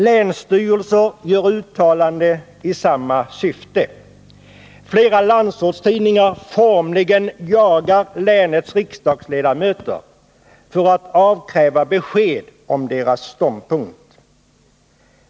Länsstyrelser gör uttalanden i samma syfte. Flera landsortstidningar formligen jagar länens riksdagsmän för att avkräva dem besked om deras ståndpunkt.